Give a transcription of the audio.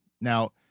Now